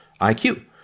IQ